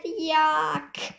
yuck